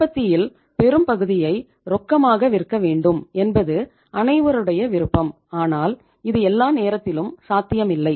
உற்பத்தியில் பெரும்பகுதியை ரொக்கமாக விற்க வேண்டும் என்பது அனைவருடைய விருப்பம் ஆனால் இது எல்லா நேரத்திலும் சாத்தியமில்லை